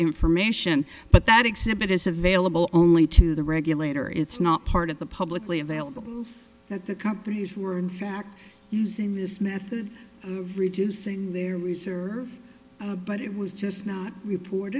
information but that exhibit is available only to the regulator it's not part of the publicly available that the companies were in fact using this method of reducing their researcher but it was just report